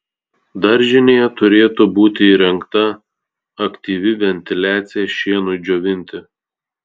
daržinėje turėtų būti įrengta aktyvi ventiliacija šienui džiovinti